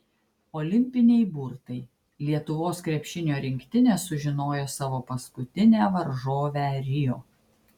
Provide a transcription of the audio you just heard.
olimpiniai burtai lietuvos krepšinio rinktinė sužinojo savo paskutinę varžovę rio